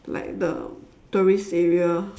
like the tourist area